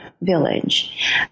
Village